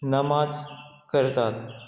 नमाज करतात